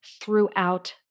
throughout